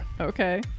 Okay